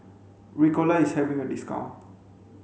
ricola is having a discount